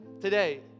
today